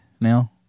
now